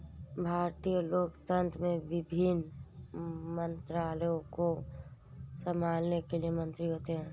भारतीय लोकतंत्र में विभिन्न मंत्रालयों को संभालने के लिए मंत्री होते हैं